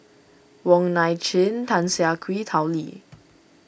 Wong Nai Chin Tan Siah Kwee Tao Li